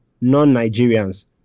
non-Nigerians